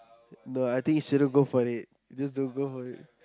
no I think you shouldn't go for it just don't go for it